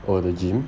oh the gym